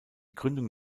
gründung